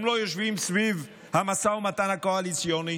הם לא יושבים סביב המשא ומתן הקואליציוני,